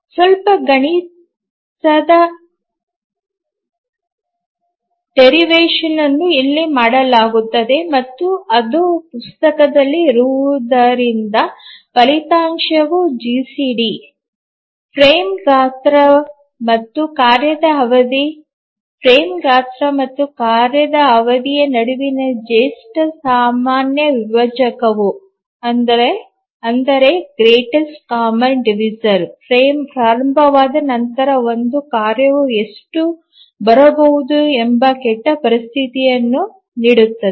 ಸ್ವಲ್ಪ ಗಣಿತದ ವ್ಯುತ್ಪನ್ನವನ್ನು ಇಲ್ಲಿ ಮಾಡಲಾಗುತ್ತದೆ ಮತ್ತು ಅದು ಪುಸ್ತಕದಲ್ಲಿ ಇರುವುದರಿಂದ ಫಲಿತಾಂಶವು ಜಿಸಿಡಿ ಫ್ರೇಮ್ ಗಾತ್ರ ಮತ್ತು ಕಾರ್ಯದ ಅವಧಿ ಫ್ರೇಮ್ ಗಾತ್ರ ಮತ್ತು ಕಾರ್ಯ ಅವಧಿಯ ನಡುವಿನ ಶ್ರೇಷ್ಠ ಸಾಮಾನ್ಯ ವಿಭಾಜಕವು ಫ್ರೇಮ್ ಪ್ರಾರಂಭವಾದ ನಂತರ ಒಂದು ಕಾರ್ಯವು ಎಷ್ಟು ಬರಬಹುದು ಎಂಬ ಕೆಟ್ಟ ಪರಿಸ್ಥಿತಿಯನ್ನು ನೀಡುತ್ತದೆ